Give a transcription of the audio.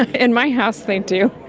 in my house they do.